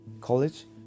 College